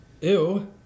Ew